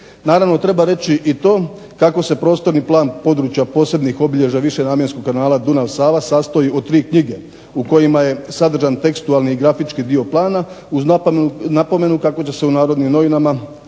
Naravno, treba reći i to kako se Prostorni plan područja posebnih obilježja višenamjenskog kanala Dunav-Sava sastoji od tri knjige u kojima je sadržan tekstualni i grafički dio plana uz napomenu kako će se u Narodnim novinama zbog